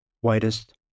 whitest